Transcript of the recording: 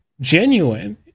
genuine